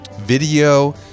video